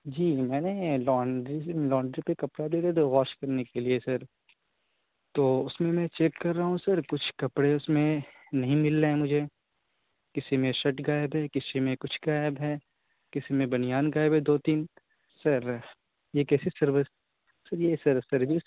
جی میں نے laundry laundry پہ کپڑا دے دے تھے واش کرنے کے لیے سر تو اس میں میں چیک کر رہا ہوں سر کچھ کپڑے اس میں نہیں مل رہے ہیں مجھے کسی میں شرٹ گائب ہے کسی میں کچھ گائب ہے کسی میں بنیان گائب ہے دو تین سر یہ کیسی سروس سر یہ سر سروس